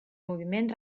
moviment